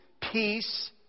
peace